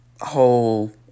whole